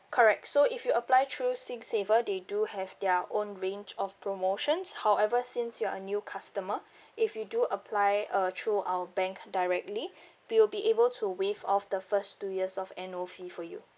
correct so if you apply through singsaver they do have their own range of promotions however since you're a new customer if you do apply uh through our bank directly we will be able to waive off the first two years of annual fee for you